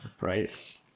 Right